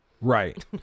Right